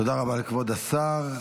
תודה רבה לכבוד השר.